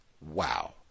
Wow